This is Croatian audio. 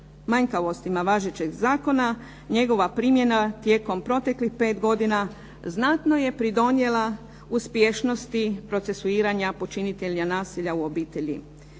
manjkavostima važećeg zakona, njegova primjena tijekom proteklih 5 godina znatno je pridonijela uspješnosti procesuiranja počinitelja nasilja u obitelji.